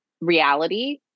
reality